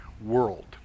world